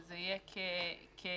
שזה יהיה כאינדיקציה